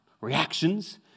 reactions